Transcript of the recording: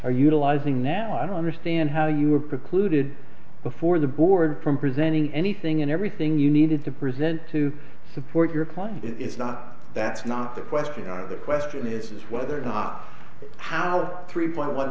are utilizing now i don't understand how you are precluded before the board from presenting anything and everything you needed to present to support your claim it's not that's not the question on the question is whether or not how three point one